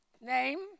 name